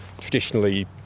traditionally